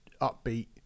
upbeat